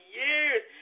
years